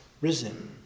risen